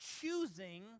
Choosing